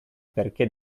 perché